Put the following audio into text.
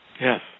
Yes